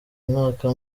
umwaka